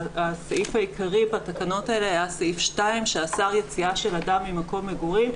הסעיף העיקרי בתקנות האלה היה סעיף 2 שאסר יציאה של אדם ממקום מגורים,